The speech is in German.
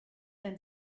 ein